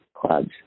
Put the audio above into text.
clubs